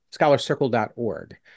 scholarcircle.org